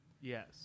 Yes